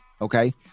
Okay